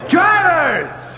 Drivers